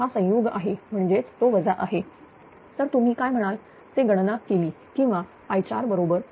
हा संयुग आहे म्हणजेच तो वजा आहे तर तुम्ही काय म्हणाल ते गणना केली किंवा i4 बरोबर